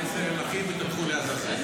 כל ישראל אחים ותלכו לעזאזל.